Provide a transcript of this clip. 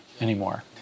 anymore